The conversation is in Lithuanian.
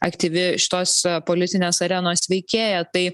aktyvi šitos politinės arenos veikėja tai